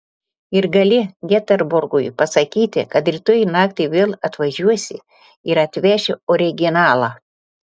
ir gali geteborgui pasakyti kad rytoj naktį vėl atvažiuosi ir atveši originalą